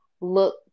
look